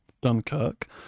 Dunkirk